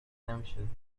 نمیشدیم